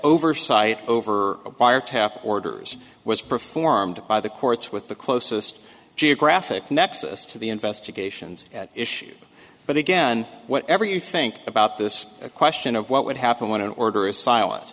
oversight over a buyer tap orders was performed by the courts with the closest geographic nexus to the investigations at issue but again whatever you think about this question of what would happen when an order is silent